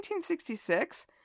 1966